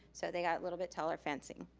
so they got a little bit taller fencing.